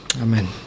Amen